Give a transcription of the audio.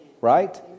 right